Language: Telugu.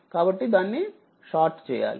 కాబట్టి దాన్ని షార్ట్ చేయాలి